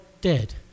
dead